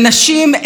למשל?